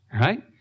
right